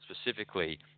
specifically